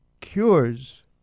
cures